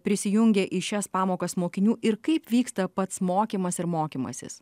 prisijungė į šias pamokas mokinių ir kaip vyksta pats mokymas ir mokymasis